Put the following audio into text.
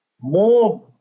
more